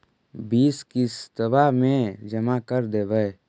बिस किस्तवा मे जमा कर देवै?